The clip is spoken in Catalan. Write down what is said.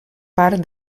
part